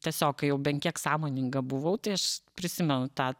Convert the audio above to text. tiesiog kai jau bent kiek sąmoninga buvau tai aš prisimenu tą